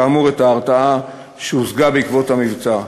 כאמור, את ההרתעה שהושגה בעקבות המבצע.